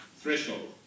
threshold